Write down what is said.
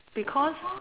because